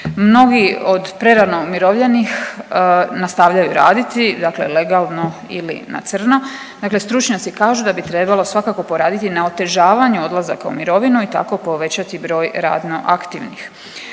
Mnogi od prerano umirovljenih nastavljaju raditi, dakle legalno ili na crno. Dakle, stručnjaci kažu da bi trebalo svakako poraditi na otežavanju odlazaka u mirovinu i tako povećati broj radno aktivnih.